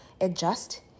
adjust